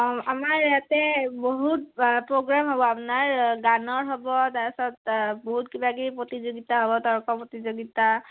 অঁ আমাৰ ইয়াতে বহুত প্ৰগ্ৰেম হ'ব আপোনাৰ গানৰ হ'ব তাৰপিছত বহুত কিবাকিবি প্ৰতিযোগিতা হ'ব তৰ্ক প্ৰতিযোগিতা